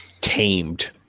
tamed